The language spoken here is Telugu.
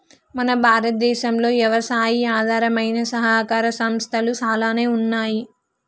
మన భారతదేసంలో యవసాయి ఆధారమైన సహకార సంస్థలు సాలానే ఉన్నాయి